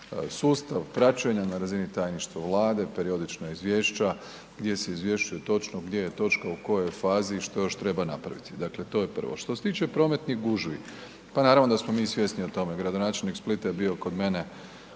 sustav praćenja na razini tajništva Vlade, periodična izvješća gdje se izvješćuje točno gdje je točka u kojoj fazi i što još treba napraviti. Dakle to je prvo. Što se tiče prometnih gužvi, pa naravno da smo mi svjesni o tome, gradonačelnik Splita je bio kod mene